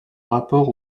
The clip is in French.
rapport